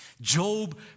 Job